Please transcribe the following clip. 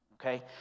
okay